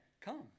come